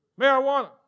Marijuana